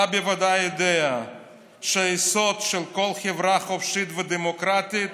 אתה בוודאי יודע שהיסוד של כל חברה חופשית ודמוקרטית